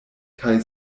kaj